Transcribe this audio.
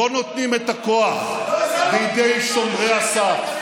לא נותנים את הכוח בידי שומרי הסף,